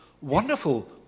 wonderful